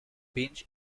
binge